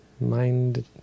mind